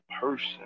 person